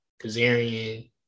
kazarian